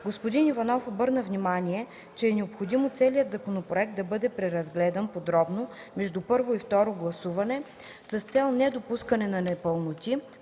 Господин Иванов обърна внимание, че е необходимо целият законопроект да бъде преразгледан подробно между първо и второ гласуване с цел недопускане на непълноти,